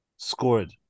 Scored